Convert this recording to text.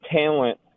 talent